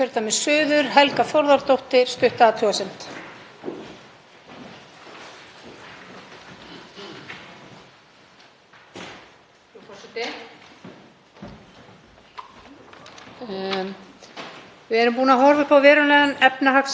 Við erum búin að horfa upp á verulegan efnahagssamdrátt og síhækkandi verðbólgu undanfarið og við í Flokki fólksins teljum mikilvægt að vernda heimili landsins fyrir þessu verðbólguskoti.